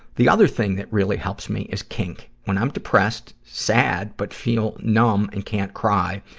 the other thing that really helps me is kink. when i'm depressed, sad, but feel numb and can't cry,